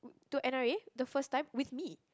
to N_R_A the first time with me